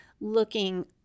looking